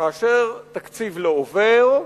כאשר תקציב לא עובר,